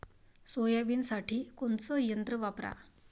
सोयाबीनसाठी कोनचं यंत्र वापरा?